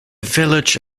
village